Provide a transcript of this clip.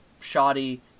shoddy